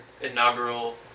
inaugural